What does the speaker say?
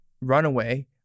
Runaway